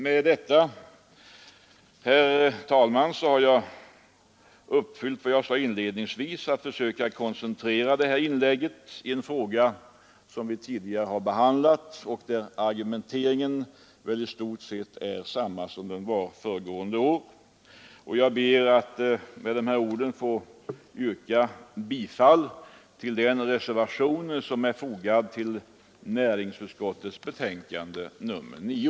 Med detta, herr talman, har jag uppfyllt vad jag inledningsvis sade, nämligen att jag skulle försöka koncentrera detta inlägg i en fråga som vi tidigare behandlat och där argumenteringen i stort sett är densamma som föregående år. Jag ber med dessa ord att få yrka bifall till den reservation som är fogad till näringsutskottets betänkande nr 9.